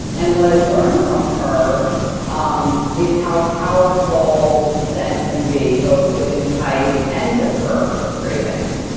and what i learned from her um is how powerful scent can be both to entice and to curb cravings.